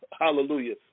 Hallelujah